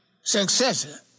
successor